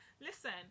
listen